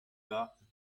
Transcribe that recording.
garten